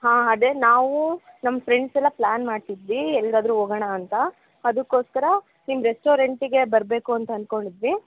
ಹಾಂ ಅದೇ ನಾವು ನಮ್ಮ ಫ್ರೆಂಡ್ಸ್ ಎಲ್ಲ ಪ್ಲ್ಯಾನ್ ಮಾಡ್ತಿದ್ವಿ ಎಲ್ಲಿಗಾದ್ರು ಹೋಗಣ ಅಂತ ಅದಕ್ಕೋಸ್ಕರ ನಿಮ್ಮ ರೆಸ್ಟೋರೆಂಟಿಗೆ ಬರಬೇಕು ಅಂತ ಅಂದ್ಕೊಂಡಿದ್ವಿ